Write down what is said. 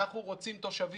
אנחנו רוצים תושבים,